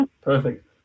perfect